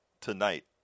tonight